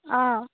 অঁ